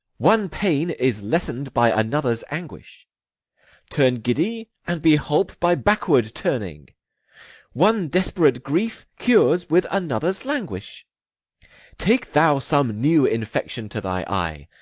one pain is lessen'd by another's anguish turn giddy, and be holp by backward turning one desperate grief cures with another's languish take thou some new infection to thy eye,